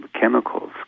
chemicals